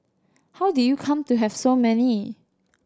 how did you come to have so many